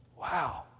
Wow